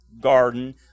garden